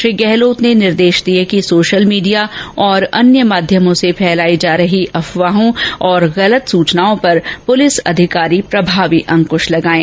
श्री गहलोत ने निर्देश दिए कि सोशल मीडिया तथा अन्य माध्यमों से फैलाई जा रही अफवाहों और गलत सूचनाओं पर पुलिस अधिकारी प्रभावी अंकुश लगाएं